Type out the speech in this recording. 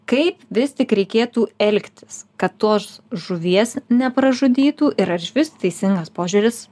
kaip vis tik reikėtų elgtis kad tos žuvies nepražudytų ir ar išvis teisingas požiūris